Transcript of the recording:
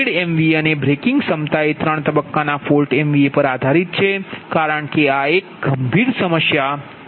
rated MVA અને breaking ક્ષમતા એ ત્રણ તબક્કાના ફોલ્ટ એમવીએ પર આધારિત છે કારણ કે આ એક ગંભીર સમસ્યા છે